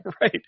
Right